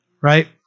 Right